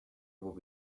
will